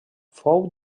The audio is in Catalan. fou